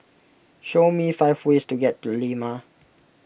show me five ways to get to Lima